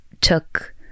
took